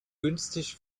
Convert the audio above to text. günstig